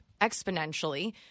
exponentially